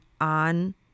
on